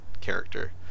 character